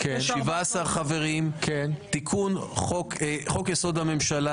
17 חברים תיקון חוק-יסוד: הממשלה,